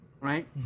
Right